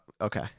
okay